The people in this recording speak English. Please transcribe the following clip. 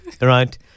right